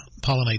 pollinate